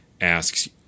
asks